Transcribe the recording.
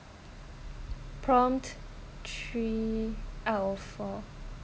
prompt three out of four